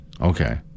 Okay